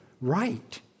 right